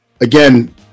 again